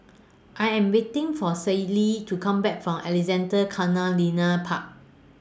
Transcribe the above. I Am waiting For Shaylee to Come Back from Alexandra Canal Linear Park